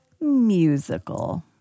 musical